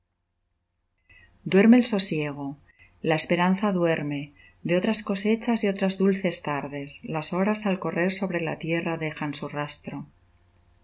duerme el sosiego la esperanza duerme de otras cosechas y otras dulces tardes las horas al correr sobre la tierra dejan su rastro